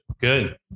Good